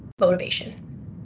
motivation